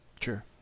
sure